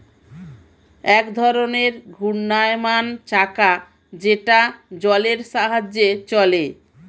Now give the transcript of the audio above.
এক ধরনের ঘূর্ণায়মান চাকা যেটা জলের সাহায্যে চলে